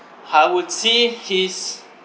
I would say his